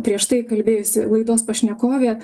prieš tai kalbėjusi laidos pašnekovė